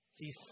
See